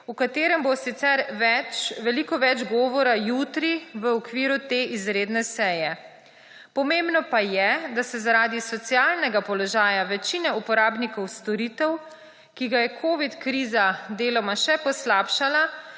v katerem bo sicer veliko več govora jutri v okviru te izredne seje. Pomembno pa je, da se zaradi socialnega položaja večine uporabnikov storitev, ki ga je covid kriza deloma še poslabšala,